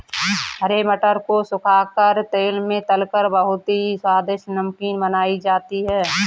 हरे मटर को सुखा कर तेल में तलकर बहुत ही स्वादिष्ट नमकीन बनाई जाती है